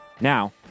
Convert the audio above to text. Now